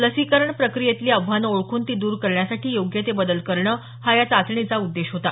लसीकरण प्रक्रियेतली आव्हानं ओळखून ती द्र करण्यासाठी योग्य ते बदल करणं हा या चाचणीचा उद्देश होता